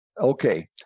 okay